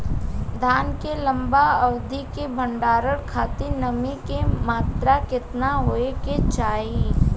धान के लंबा अवधि क भंडारण खातिर नमी क मात्रा केतना होके के चाही?